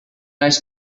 nice